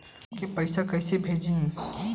हमके पैसा कइसे भेजी?